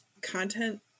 content